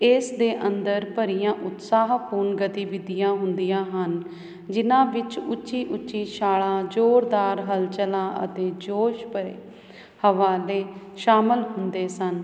ਇਸ ਦੇ ਅੰਦਰ ਭਰੀਆਂ ਉਤਸ਼ਾਹ ਪੂਰਨ ਗਤੀਵਿਧੀਆਂ ਹੁੰਦੀਆਂ ਹਨ ਜਿਹਨਾਂ ਵਿੱਚ ਉੱਚੀ ਉੱਚੀ ਛਾਲਾਂ ਜ਼ੋਰਦਾਰ ਹਲਚਲਾਂ ਅਤੇ ਜੋਸ਼ ਭਰੇ ਹਵਾਲੇ ਸ਼ਾਮਿਲ ਹੁੰਦੇ ਸਨ